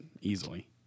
easily